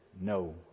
no